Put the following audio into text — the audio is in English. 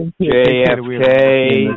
JFK